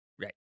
Right